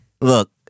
Look